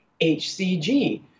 hcg